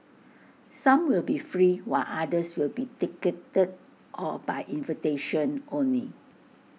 some will be free while others will be ticketed or by invitation only